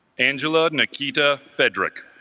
angela nikita federic